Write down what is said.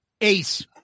Ace